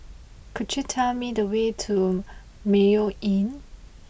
could you tell me the way to Mayo Inn